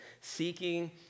seeking